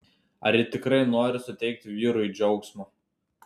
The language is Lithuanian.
ar ji tikrai nori suteikti vyrui džiaugsmo